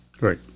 Right